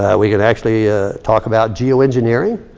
we can actually ah talk about geoengineering,